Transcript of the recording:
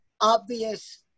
obvious